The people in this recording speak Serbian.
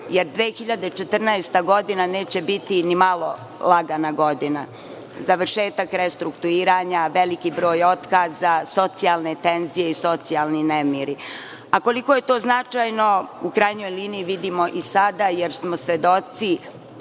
jer 2014. godina neće biti ni malo lagana godina - završetak restrukturiranja, veliki broj otkaza, socijalne tenzije i socijalni nemiri, a koliko je to značajno u krajnjoj liniji vidimo i sada, jer smo svedoci potpune